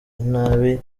inabi